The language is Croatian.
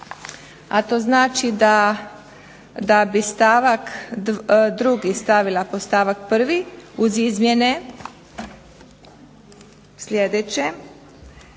a to znači da bi stavak 2. stavila pod stavak 1. uz izmjene sljedeće